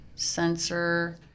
Sensor